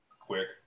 quick